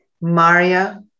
Maria